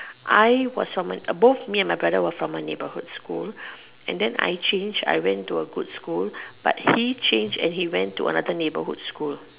I was from an uh both me and my brother were from a neighbourhood school and then I changed I went to a good school but he changed and he went to another neighbourhood school